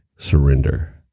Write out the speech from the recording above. Surrender